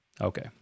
Okay